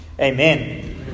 Amen